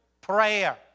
prayer